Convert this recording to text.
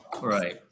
Right